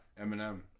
Eminem